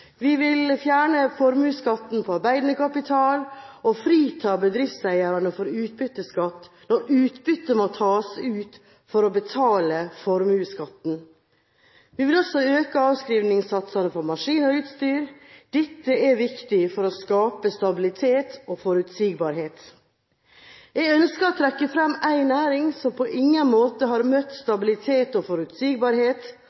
vi vil fjerne formuesskatten på arbeidende kapital og frita bedriftseierne for utbytteskatt når utbytte må tas ut for å betale formuesskatten. Vi vil også øke avskrivningssatsene for maskiner og utstyr. Dette er viktig for å skape stabilitet og forutsigbarhet. Jeg ønsker å trekke fram en næring som på ingen måte har møtt